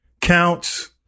counts